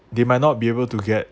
they might not be able to get